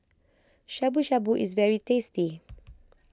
Shabu Shabu is very tasty